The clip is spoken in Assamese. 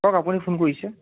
কওক আপুনি ফোন কৰিছে